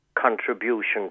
contribution